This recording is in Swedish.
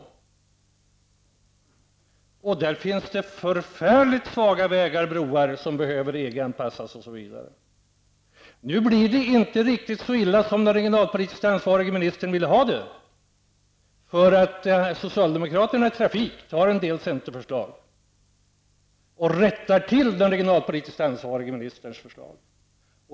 I de områdena finns mycket svaga vägar och broar som behöver EG-anpassas osv. Nu blev det inte riktigt så illa som den regionalpolitiskt ansvarige ministern ville ha det. Socialdemokraterna i trafikutskottet tar upp en del förslag från centerpartiet och rättar till den regionalpolitiskt ansvarige ministerns förslag.